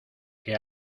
que